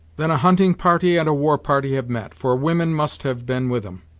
then a hunting-party and a war-party have met, for women must have been with em.